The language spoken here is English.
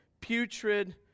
putrid